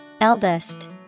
Eldest